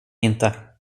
inte